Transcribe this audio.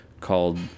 called